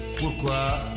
Pourquoi